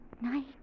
Night